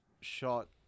shot